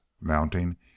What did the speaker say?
Mounting